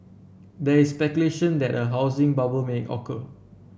there is speculation that a housing bubble may occur